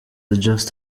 just